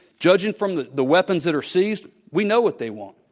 judging from the the weapons that are seized, we know what they want.